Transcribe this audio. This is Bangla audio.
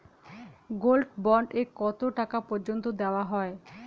গোল্ড বন্ড এ কতো টাকা পর্যন্ত দেওয়া হয়?